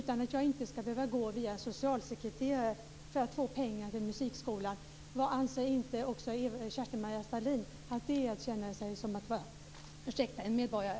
Man ska inte behöva gå via socialsekreterare för att få pengar att betala till musikskolan. Anser inte också Kerstin-Maria Stalin att det är att känna sig som en medborgare?